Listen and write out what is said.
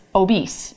obese